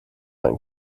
einen